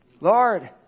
Lord